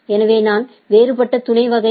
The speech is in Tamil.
எனவே நான் வேறுபட்ட துணை வகை ஏ